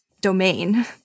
domain